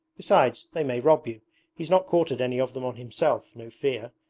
besides, they may rob you he's not quartered any of them on himself, no fear,